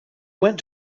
went